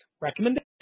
Recommendation